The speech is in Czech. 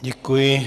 Děkuji.